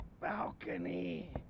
balcony